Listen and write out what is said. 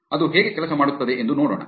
ಅದು ಹೇಗೆ ಕೆಲಸ ಮಾಡುತ್ತದೆ ಎಂದು ನೋಡೋಣ